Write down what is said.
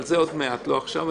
אבל זה עוד מעט לא עכשיו.